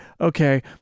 okay